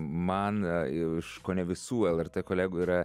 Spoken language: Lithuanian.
man iš kone visų lrt kolegų yra